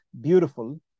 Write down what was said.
beautiful